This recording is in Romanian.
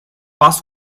pas